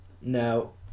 now